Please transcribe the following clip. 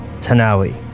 Tanawi